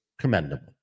commendable